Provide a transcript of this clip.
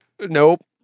Nope